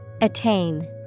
Attain